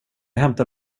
hämtar